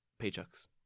paychecks